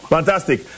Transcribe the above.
Fantastic